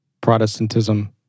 Protestantism